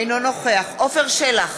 אינו נוכח עפר שלח,